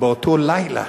באותו לילה,